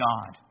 God